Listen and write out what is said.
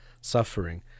suffering